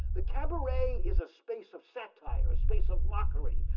the cabaret is a space of satire, a space of mockery,